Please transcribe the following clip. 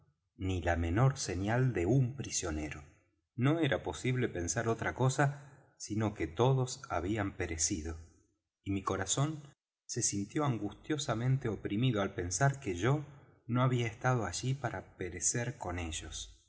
ni la menor señal de un prisionero no era posible pensar otra cosa sino que todos habían perecido y mi corazón se sintió angustiosamente oprimido al pensar que yo no había estado allí para perecer con ellos